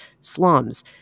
slums